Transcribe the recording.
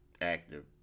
active